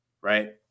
right